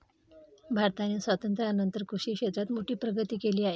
भारताने स्वातंत्र्यानंतर कृषी क्षेत्रात मोठी प्रगती केली आहे